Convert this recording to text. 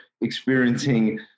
experiencing